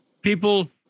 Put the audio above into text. people